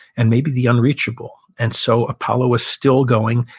and maybe the unreachable. and so apollo was still going.